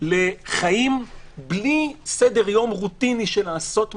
לחיים בלי סדר יום רוטיני של לעשות משהו.